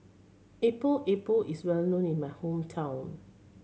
Epok Epok is well known in my hometown